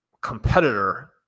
competitor